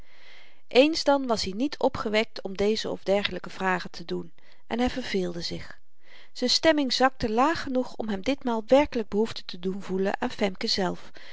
eens dan was-i niet opgewekt om deze of dergelyke vragen te doen en hy verveelde zich z'n stemming zakte laag genoeg om hem ditmaal werkelyk behoefte te doen voelen aan femke zelf